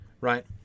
right